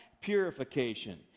purification